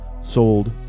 Sold